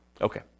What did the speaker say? Okay